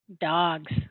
dogs